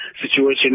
situation